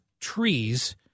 trees